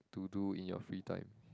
to do in your free time